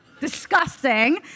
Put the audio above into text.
Disgusting